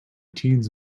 teens